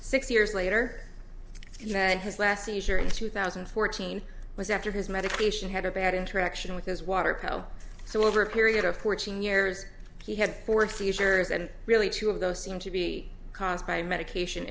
six years later that his last seizure in two thousand and fourteen was after his medication had a bad interaction with his water co so over a period of fourteen years he had four seizures and really two of those seem to be caused by medication